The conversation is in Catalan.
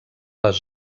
les